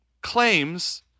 claims